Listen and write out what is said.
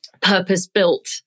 purpose-built